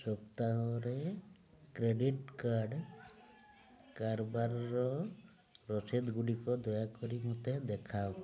ସପ୍ତାହରେ credit card କାରବାରର ରସିଦଗୁଡ଼ିକ ଦୟାକରି ମୋତେ ଦେଖାଅ